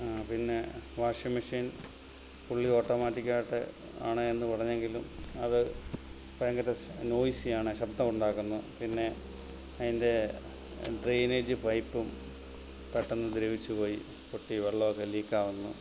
പിന്നെ washing machine fully ഓട്ടോമാറ്റിക്കായിട്ട് ആണ് എന്ന് പറഞ്ഞെങ്കിലും അത് ഭയങ്കര നോയ്സിയാണ് ശബ്ദം ഉണ്ടാക്കുന്നത് പിന്നെ അതിൻ്റെ ഡ്രൈനേജ് പൈപ്പും പെട്ടന്ന് ദ്രവിച്ചു പോയി പൊട്ടി വെള്ളവൊക്കെ ലീക്കാവുന്നു